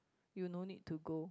you no need to go